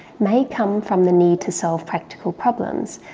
may come from the need to solve practical problems.